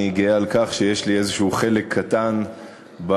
אני גאה על כך שיש לי איזה חלק קטן בעובדה